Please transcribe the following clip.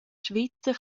svizzer